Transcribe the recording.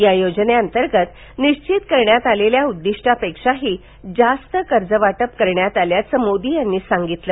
या योजनेअंतर्गत निश्चित करण्यात आलेल्या उद्दीष्टापेक्षाहि जास्त कर्जवाटप करण्यात आल्याचंही मोदी यांनी यावेळी सांगितलं